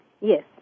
Yes